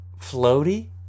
floaty